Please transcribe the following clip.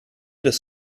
des